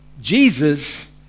Jesus